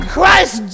Christ